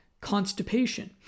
constipation